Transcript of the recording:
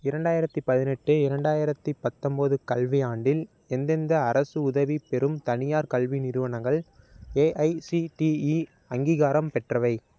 இரண்டாயிரத்து பதினெட்டு இரண்டாயிரத்து பத்தொம்பது கல்வியாண்டில் எந்தெந்த அரசு உதவி பெறும் தனியார் கல்வி நிறுவனங்கள் ஏஐசிடிஇ அங்கீகாரம் பெற்றவை